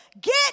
Get